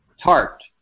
tart